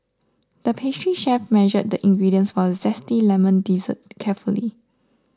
the pastry chef measured the ingredients for a Zesty Lemon Dessert carefully